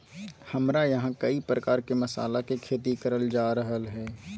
हमरा यहां कई प्रकार के मसाला के खेती करल जा रहल हई